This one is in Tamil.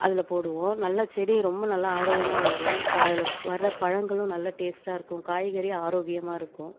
அதில் போடுவோம் நல்லா செடிங்கள் ரொம்ப நல்ல ஆரோக்கியமாக வளரும் கா அதில் வர பழங்களும் நல்லா டேஸ்ட்டாக இருக்கும் காய்கறி ஆரோக்கியமாக இருக்கும்